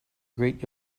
great